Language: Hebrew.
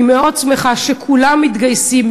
אני מאוד שמחה שכולם מתגייסים,